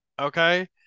okay